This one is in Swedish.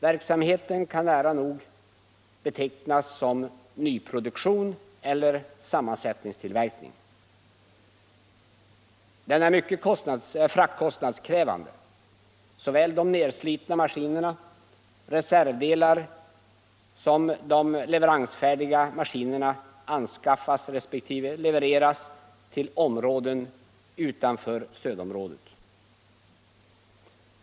Verksamheten kan nära nog betecknas som nyproduktion eller sammansättningstillverkning. Den är mycket fraktkostnadskrävande. De nerslitna maskinerna, reservdelar och de leveransfärdiga maskinerna anskaffas respektive levereras till områden utanför stödområdet.